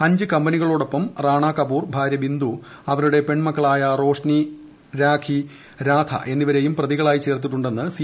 അഞ്ച് കമ്പനികളോടൊപ്പം റാണാ കപൂർ ഭാര്യ ബിന്ദു അവരുടെ പെൺമക്കളായ റോഷ്നി രാഖി രാധ എന്നിവരെയും പ്രതികളായി ചേർത്തിട്ടുണ്ടെന്ന് സി